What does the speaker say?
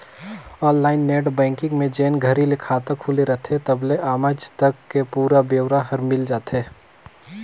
online net banking में जेन घरी ले खाता खुले रथे तबले आमज तक के पुरा ब्योरा हर मिल जाथे